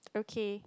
okay